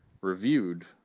reviewed